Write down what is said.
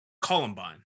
columbine